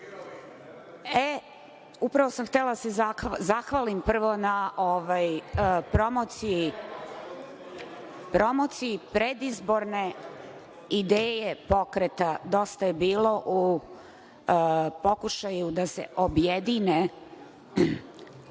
Upravo sam htela da se zahvalim, prvo na promociji predizborne ideje pokreta Dosta je bilo, u pokušaju da se objedine